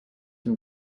dem